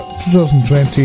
2020